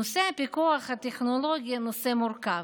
נושא הפיקוח הטכנולוגי הוא נושא מורכב.